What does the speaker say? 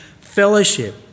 fellowship